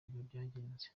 byagenze